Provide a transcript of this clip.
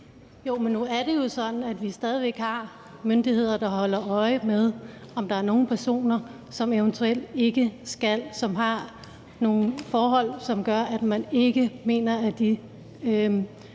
(ALT): Nu er det jo sådan, at vi stadig væk har myndigheder, der holder øje med, om der eventuelt er nogle personer, som har nogle forhold, som gør, at man ikke mener, at de